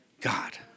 God